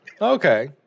Okay